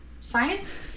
science